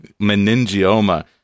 Meningioma